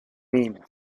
mean